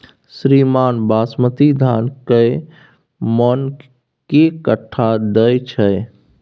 श्रीमान बासमती धान कैए मअन के कट्ठा दैय छैय?